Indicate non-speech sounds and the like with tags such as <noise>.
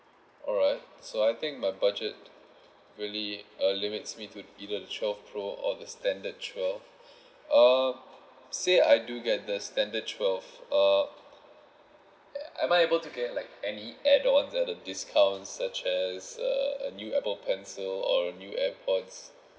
alright so I think my budget really uh limits me to either the twelve pro or the standard twelve <breath> uh say I do get the standard twelve uh am I able to get like any add ons at the discounts such as uh a new apple pencil or a new airpods